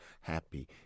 happy